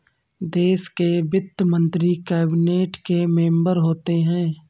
देश के वित्त मंत्री कैबिनेट के मेंबर होते हैं